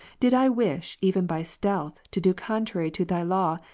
did i wish even by stealth to do contrary to thy law,